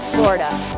Florida